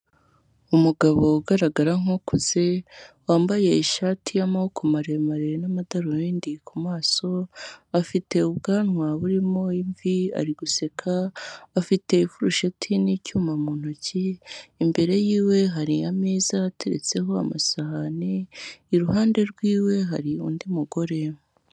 Umugabo ugaragara nk'ukuze wambaye ishati y'amaboko maremare n'amadarubindi ku maso afite ubwanwa burimo imvi ari guseka afite ifirushiti n'icyuma mu ntoki, imbere yiwe hari ameza ateretseho amasahani, iruhande rw'iwe hari undi mugore.